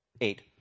eight